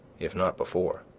if not before.